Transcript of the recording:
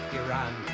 iran